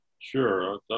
Sure